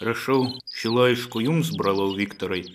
rašau šį laiškų jums brolau viktorai